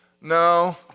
no